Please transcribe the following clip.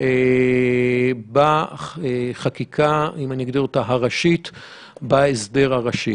בהסדר הראשי.